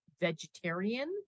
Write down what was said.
vegetarian